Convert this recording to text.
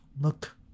Look